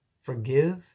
Forgive